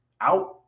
out